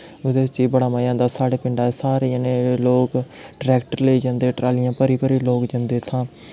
एह्दे च एह् बड़ा मज़ा आंदा साढ़े पिंड़ा दे सारे जने लोग ट्रैक्टर लेई जंदे ट्रालियां भरी भरी जंदे इत्थां